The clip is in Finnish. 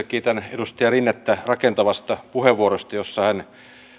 kiitän edustaja rinnettä rakentavasta puheenvuorosta jossa hän